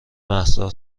مهسا